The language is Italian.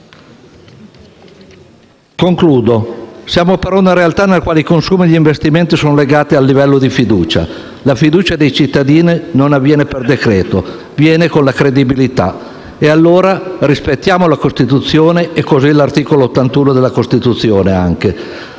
conclusione, siamo per una realtà in cui i consumi e gli investimenti sono legati al livello di fiducia; tuttavia la fiducia dei cittadini non viene per decreto, ma con la credibilità e allora rispettiamo la Costituzione e così l'articolo 81 della Carta costituzionale.